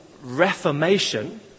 Reformation